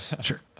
Sure